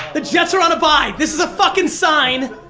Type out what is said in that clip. the jets are on a bi. this is a fuckin' sign.